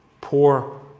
poor